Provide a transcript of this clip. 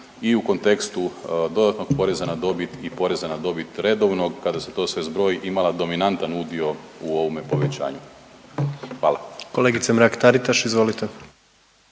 i u kontekstu dodatnog poreza na dobit i poreza na dobit redovno kada se to sve zbroji imala dominantan udio u ovome povećanju, hvala. **Jandroković, Gordan